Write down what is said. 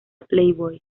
playboy